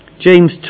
James